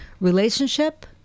Relationship